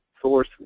source